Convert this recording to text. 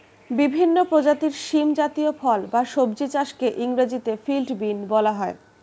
বিভিন্ন প্রজাতির শিম জাতীয় ফল বা সবজি চাষকে ইংরেজিতে ফিল্ড বিন বলা হয়